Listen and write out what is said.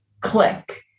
click